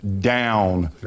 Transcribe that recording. down